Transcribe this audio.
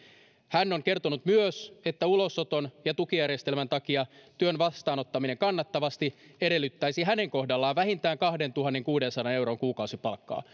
hän on kertonut myös että ulosoton ja tukijärjestelmän takia työn vastaanottaminen kannattavasti edellyttäisi hänen kohdallaan vähintään kahdentuhannenkuudensadan euron kuukausipalkkaa